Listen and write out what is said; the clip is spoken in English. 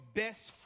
best